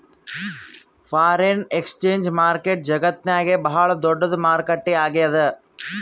foreign exchange market ಜಗತ್ತ್ನಾಗೆ ಭಾಳ್ ದೊಡ್ಡದ್ ಮಾರುಕಟ್ಟೆ ಆಗ್ಯಾದ